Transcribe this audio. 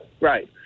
right